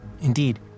Indeed